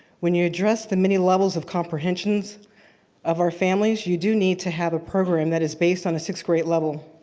when you address the many levels of comprehensions of our families, you do need to have a program that is based on the sixth grade level.